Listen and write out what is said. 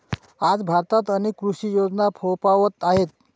आज भारतात अनेक कृषी योजना फोफावत आहेत